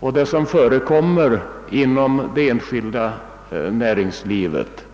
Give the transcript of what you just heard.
och den som förekommer inom det enskilda näringslivet.